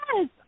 Yes